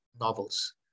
novels